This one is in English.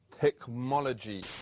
technology